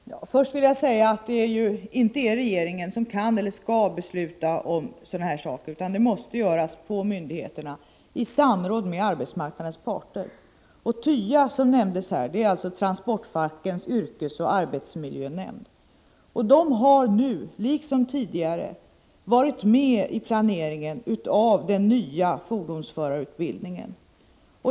Fru talman! Först vill jag säga att det inte är regeringen som kan eller skall besluta om sådana här saker, utan det måste göras av myndigheterna i samråd med arbetsmarknadens parter. Och TYA som nämndes här — Transportfackens yrkesoch arbetsmiljönämnd — har nu liksom tidigare varit med vid planeringen av den nya fordonsförarutbildningen.